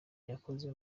yakoze